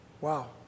Wow